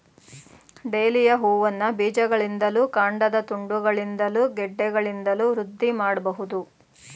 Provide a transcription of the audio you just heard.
dahlia ಹೂವನ್ನ ಬೀಜಗಳಿಂದಲೂ ಕಾಂಡದ ತುಂಡುಗಳಿಂದಲೂ ಗೆಡ್ಡೆಗಳಿಂದಲೂ ವೃದ್ಧಿ ಮಾಡ್ಬಹುದು